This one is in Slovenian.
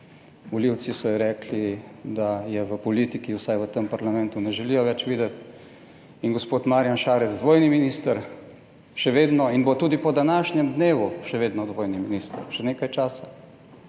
Volivci so ji rekli, da je v politiki, vsaj v tem parlamentu, ne želijo več videti. In gospod Marjan Šarec, dvojni minister še vedno in bo tudi po današnjem dnevu še vedno dvojni minister, še nekaj časa.